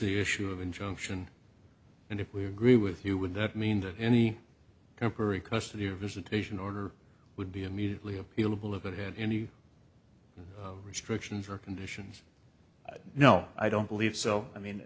the issue of injunction and if we agree with you would that mean that any corporate custody or visitation order would be immediately appealable if it had any restrictions or conditions no i don't believe so i mean